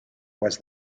was